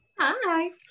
Hi